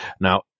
Now